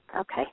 Okay